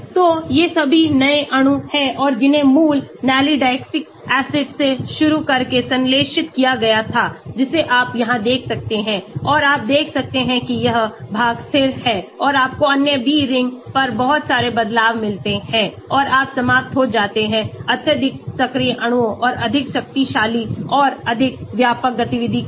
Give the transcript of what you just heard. तो ये सभी नए अणु हैं और जिन्हें मूल Nalidixic acid से शुरू करके संश्लेषित किया गया था जिसे आप यहां देख सकते हैं और आप देख सकते हैं कि यह भाग स्थिर है और आपको अन्य B रिंग पर बहुत सारे बदलाव मिलते हैं और आप समाप्त हो जाते हैं अत्यधिक सक्रिय अणुओं और अधिक शक्तिशाली और अधिक व्यापक गतिविधि के साथ